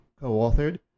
co-authored